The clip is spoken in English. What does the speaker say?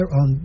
on